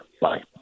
Bye